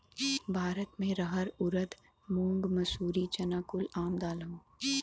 भारत मे रहर ऊरद मूंग मसूरी चना कुल आम दाल हौ